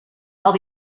while